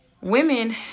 women